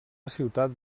ciutat